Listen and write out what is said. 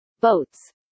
boats